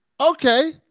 okay